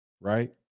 right